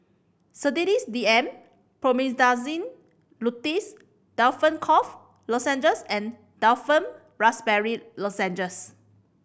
Sedilix D M Promethazine Linctus Difflam Cough Lozenges and Difflam Raspberry Lozenges